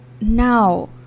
now